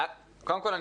קודם כול,